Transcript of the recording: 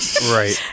Right